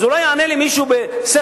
אז אולי יענה לי מישהו בשכל.